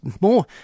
more